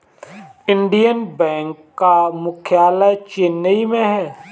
Indian bank का मुख्यालय चेन्नई में है